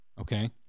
Okay